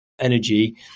energy